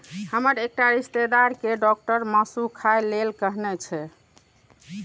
हमर एकटा रिश्तेदार कें डॉक्टर मासु खाय लेल कहने छै